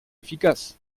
efficace